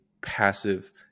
passive